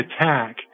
attack